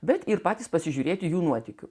bet ir patys pasižiūrėti jų nuotykių